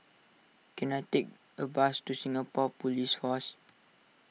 can I take a bus to Singapore Police Force